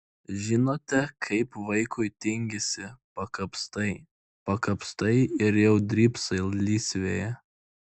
žinote kaip vaikui tingisi pakapstai pakapstai ir jau drybsai lysvėje